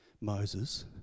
Moses